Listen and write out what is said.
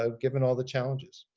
ah given all the challenges.